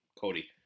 Cody